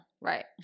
right